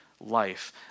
Life